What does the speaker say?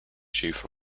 chief